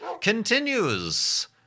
continues